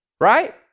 right